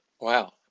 Wow